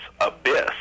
abyss